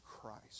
Christ